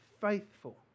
faithful